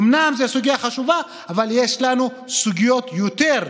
אומנם זאת סוגיה חשובה, אבל יש לנו סוגיות יותר,